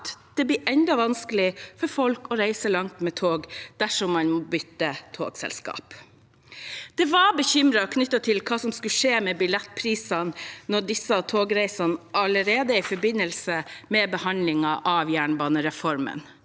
at det blir enda vanskeligere for folk å reise langt med tog dersom man må bytte togselskap underveis. Det var bekymringer knyttet til hva som ville skje med billettprisene på disse togreisene allerede i forbindelse med behandlingen av jernbanereformen.